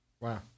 Wow